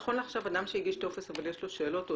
נכון לעכשיו אדם שהגיש טופס ויש לו שאלות יכול